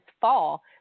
fall